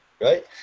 right